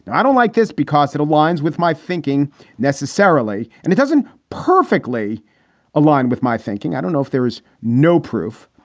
i don't like this because it aligns with my thinking necessarily, and it doesn't perfectly align with my thinking. i don't know if there is no proof,